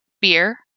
beer